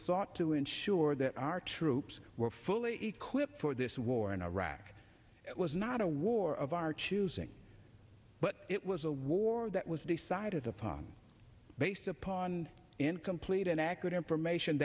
sought to ensure that our troops were fully equipped for this war in iraq it was not a war of our choosing but it was a war that was decided upon based upon incomplete inaccurate information